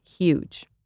Huge